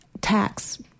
tax